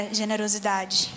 generosidade